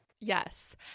Yes